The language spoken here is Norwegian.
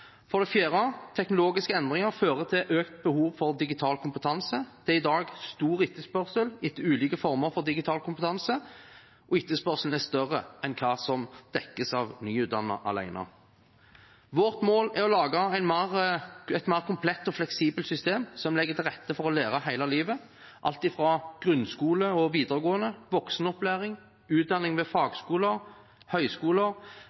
For det fjerde: Teknologiske endringer fører til økt behov for digital kompetanse. Det er i dag stor etterspørsel etter ulike former for digital kompetanse, og etterspørselen er større enn det som dekkes av nyutdannede alene. Vårt mål er å lage et mer komplett og fleksibelt system som legger til rette for å lære hele livet – alt fra grunnskole, videregående skole, voksenopplæring, utdanning ved